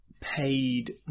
paid